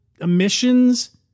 emissions